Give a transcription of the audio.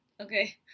Okay